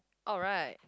alright